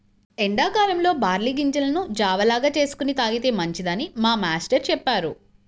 ఎండా కాలంలో బార్లీ గింజలను జావ లాగా చేసుకొని తాగితే మంచిదని మా మేష్టారు చెప్పారు